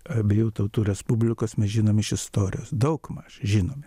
abiejų tautų respublikos mes žinom iš istorijos daugmaž žinome